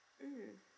mm